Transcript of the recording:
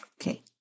Okay